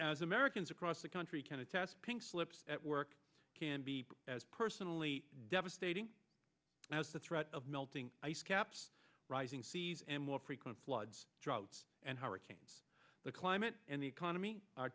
as americans across the country can attest pink slips at work can be as personally devastating as the threat of melting icecaps rising seas and more frequent floods droughts and hurricanes the climate and the economy